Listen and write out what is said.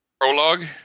prologue